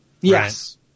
Yes